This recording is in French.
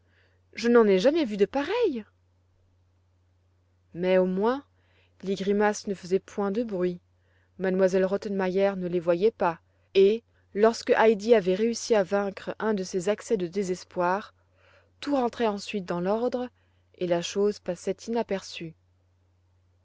je n'en ai jamais vu de pareilles mais au moins les grimaces ne faisaient point de bruit m elle rottenmeier ne les voyait pas et lorsque heidi avait réussi à vaincre un de ses accès de désespoir tout rentrait ensuite dans l'ordre et la chose passait inaperçue